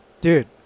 dude